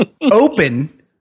open